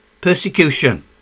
Persecution